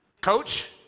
Coach